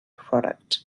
product